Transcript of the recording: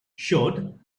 showed